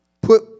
put